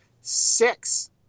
Six